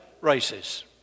races